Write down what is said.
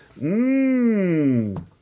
Mmm